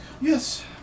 Yes